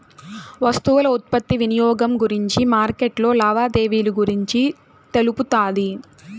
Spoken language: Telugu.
వస్తువుల ఉత్పత్తి వినియోగం గురించి మార్కెట్లో లావాదేవీలు గురించి తెలుపుతాది